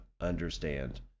understand